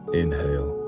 inhale